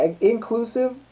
inclusive